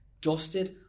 dusted